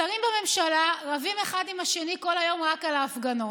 השרים בממשלה רבים אחד עם השני כל היום רק על ההפגנות,